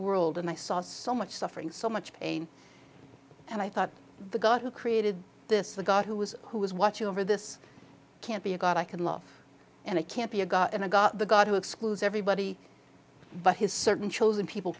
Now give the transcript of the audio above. world and i saw so much suffering so much pain and i thought the god who created this the god who was who was watching over this can't be a god i can love and i can't be a god and a god the god who excludes everybody but his certain chosen people